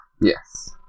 Yes